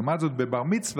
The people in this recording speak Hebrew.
לעומת זאת, בבר-מצווה